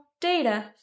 data